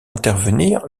intervenir